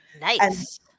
Nice